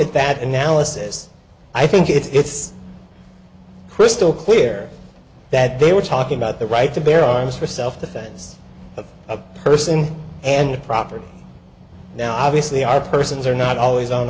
at that analysis i think it's crystal clear that they were talking about the right to bear arms for self defense of person and property now obviously our persons are not always on